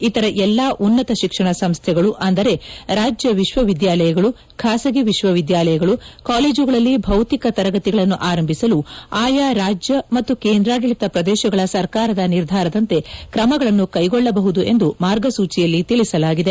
ಇತರೆ ಎಲ್ಲಾ ಉನ್ನತ ಶಿಕ್ಷಣ ಸಂಸ್ಥೆಗಳು ಅಂದರೆ ರಾಜ್ಯ ವಿಶ್ವವಿದ್ಯಾಲಯಗಳು ಖಾಸಗಿ ವಿಶ್ವವಿದ್ಯಾಲಯಗಳು ಕಾಲೇಜುಗಳಲ್ಲಿ ಭೌತಿಕ ತರಗತಿಗಳನ್ನು ಆರಂಭಿಸಲು ಆಯಾ ರಾಜ್ಯ ಮತ್ತು ಕೇಂದ್ರಾಡಳಿತ ಪ್ರದೇಶಗಳ ಸರ್ಕಾರದ ನಿರ್ಧಾರದಂತೆ ಕ್ರಮಗಳನ್ನು ಕೈಗೊಳ್ಲಬಹುದು ಎಂದು ಮಾರ್ಗಸೂಚಿಯಲ್ಲಿ ತಿಳಿಸಲಾಗಿದೆ